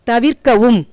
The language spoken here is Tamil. தவிர்க்கவும்